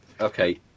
Okay